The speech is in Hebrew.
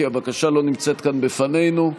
כי הבקשה לא נמצאת כאן בפנינו.